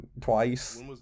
twice